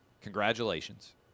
Congratulations